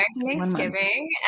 Thanksgiving